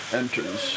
enters